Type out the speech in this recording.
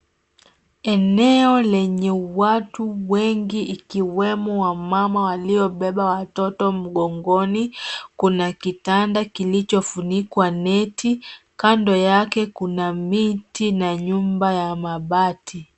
Eneo lenye watu wengi ikiwemo wamama waliobeba watoto mgongoni. Kuna kitanda kilichofunikwa neti, kando yake kuna miti na nyumba ya mabati.